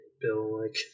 bill-like